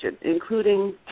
including